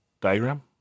diagram